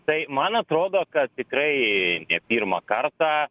tai man atrodo kad tikrai ne pirmą kartą